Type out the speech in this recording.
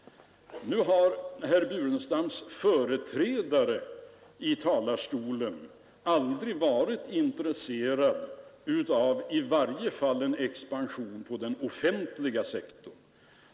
Herr Burenstam Linders företrädare i talarstolen har aldrig varit intresserade av i varje fall en expansion på den offentliga sektorn.